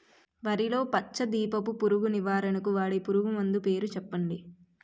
వరిలో పచ్చ దీపపు పురుగు నివారణకు వాడే పురుగుమందు పేరు చెప్పండి?